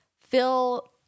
Phil